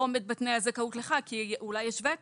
עומד בתנאי הזכאות כי אולי מדובר בוותק.